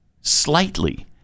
slightly